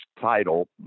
title